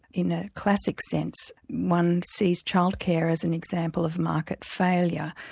in a classic sense one sees childcare as an example of market failure,